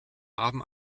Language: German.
haben